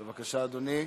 בבקשה, אדוני.